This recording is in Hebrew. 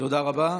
תודה רבה.